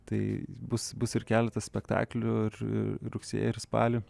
tai bus bus ir keletas spektaklių ir rugsėjį ir spalį